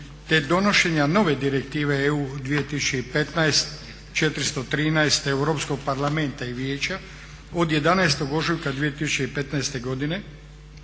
te donošenja nove Direktive EU 2015/413 Europskog parlamenta i Vijeća od 11.ožujka 2015.godine